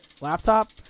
laptop